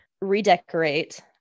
redecorate